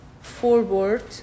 forward